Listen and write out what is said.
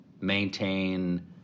maintain